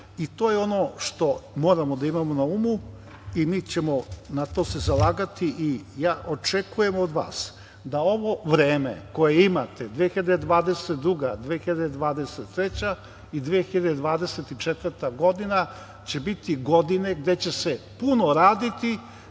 i to je ono što moramo da imamo na umu i mi ćemo se za to zalagati. Očekujem od vas da ovo vreme koje imate, 2022, 2023. i 2024. godina će biti godine gde će se puno raditi